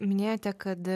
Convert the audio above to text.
minėjote kad